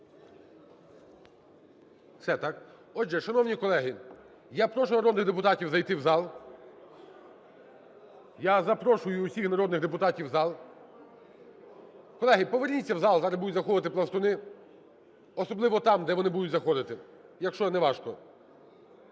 Все, так? Отже, шановні колеги, я прошу народних депутатів зайти в зал. Я запрошую всіх народних депутатів в зал. Колеги, поверніться в зал, зараз будуть заходити пластуни, особливо там, де вони будуть заходити, якщо не важко.